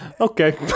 Okay